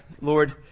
Lord